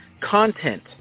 content